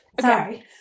Sorry